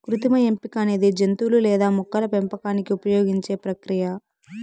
కృత్రిమ ఎంపిక అనేది జంతువులు లేదా మొక్కల పెంపకానికి ఉపయోగించే ప్రక్రియ